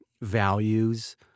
values